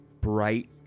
bright